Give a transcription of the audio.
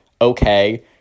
okay